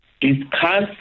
discuss